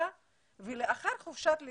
לאחר חופשת לידה,